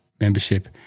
membership